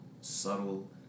subtle